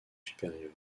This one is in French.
supérieur